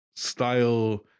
Style